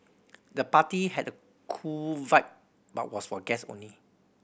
the party had a cool vibe but was for guests only